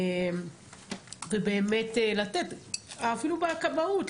אפילו בכבאות,